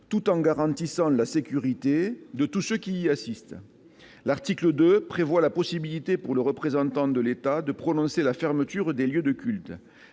tout en garantissant la sécurité de tous ceux qui y assistent. L'article 2 prévoit la possibilité pour le représentant de l'État de prononcer la fermeture des lieux de culte.